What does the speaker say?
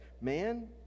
Man